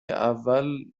اول